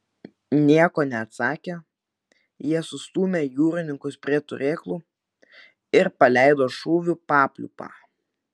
nieko neatsakę jie sustūmę jūrininkus prie turėklų ir paleido šūvių papliūpą